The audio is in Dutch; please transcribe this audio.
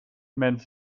men